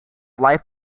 live